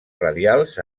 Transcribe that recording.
radials